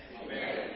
Amen